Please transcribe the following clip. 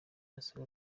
yasaga